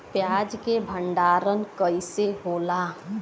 प्याज के भंडारन कइसे होला?